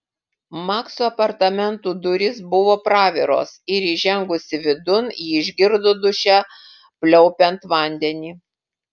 makso apartamentų durys buvo praviros ir įžengusi vidun ji išgirdo duše pliaupiant vandenį